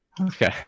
Okay